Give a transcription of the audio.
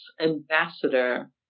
ambassador